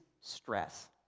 stress